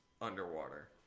underwater